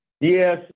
Yes